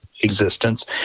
existence